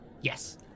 Yes